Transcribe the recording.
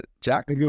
Jack